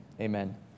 amen